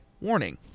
Warning